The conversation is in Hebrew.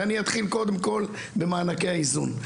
ואני אתחיל קודם כל במענקי האיזון.